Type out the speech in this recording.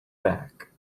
back